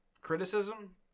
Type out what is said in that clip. criticism